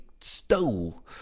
stole